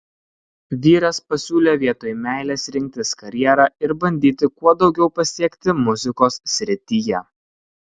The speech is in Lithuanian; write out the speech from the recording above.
vyras pasiūlė vietoj meilės rinktis karjerą ir bandyti kuo daugiau pasiekti muzikos srityje